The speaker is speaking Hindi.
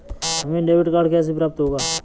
हमें डेबिट कार्ड कैसे प्राप्त होगा?